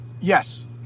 yes